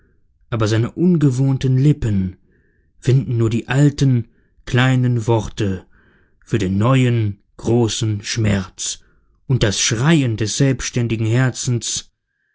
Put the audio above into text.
aber seine ungewohnten lippen finden nur die alten kleinen worte für den neuen großen schmerz und das schreien des selbständigen herzens es